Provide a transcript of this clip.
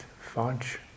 fudge